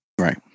Right